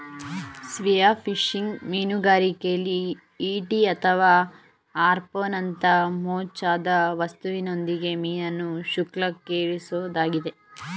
spearfishing ಮೀನುಗಾರಿಕೆಲಿ ಈಟಿ ಅಥವಾ ಹಾರ್ಪೂನ್ನಂತ ಮೊನಚಾದ ವಸ್ತುವಿನೊಂದಿಗೆ ಮೀನನ್ನು ಶೂಲಕ್ಕೇರಿಸೊದಾಗಿದೆ